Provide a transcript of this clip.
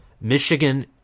Michigan